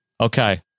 Okay